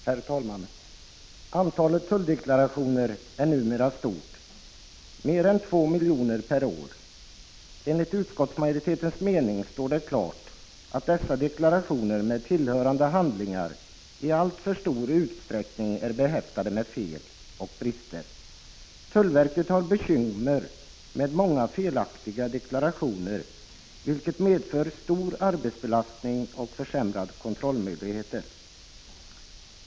Herr talman! Antalet tulldeklarationer är numera stort, mer än 2 miljoner per år. Enligt utskottsmajoritetens mening står det klart att dessa deklarationer med tillhörande handlingar i alltför stor utsträckning är behäftade med fel och brister. Tullverket har bekymmer med många felaktiga deklarationer, vilket medför stor arbetsbelastning och försämrade kontrollmöjligheter.